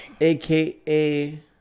AKA